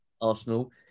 Arsenal